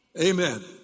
Amen